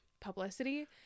publicity